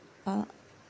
uh